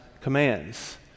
commands